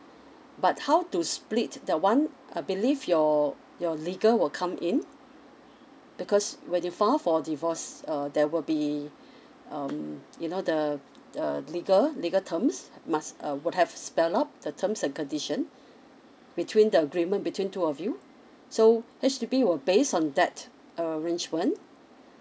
but how to split that [one] I believe your your legal will come in because when you file for divorce uh there will be um you know the the legal legal terms must uh would have spell out the terms and condition between the agreement between two of you so H_D_B will base on that arrangement